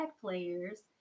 players